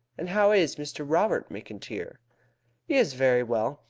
and how is mr. robert mcintyre? he is very well.